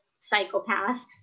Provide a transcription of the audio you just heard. psychopath